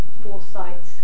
foresight